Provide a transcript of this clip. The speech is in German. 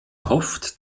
hofft